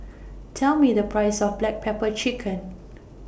Tell Me The Price of Black Pepper Chicken